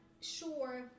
sure